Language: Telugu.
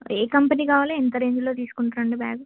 ఏ కంపెనీ కావాలి ఎంత రేంజ్లో తీసుకుంటారండీ బ్యాగు